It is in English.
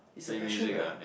is a passion lah